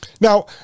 Now